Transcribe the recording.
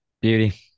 Beauty